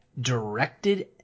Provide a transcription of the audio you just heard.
directed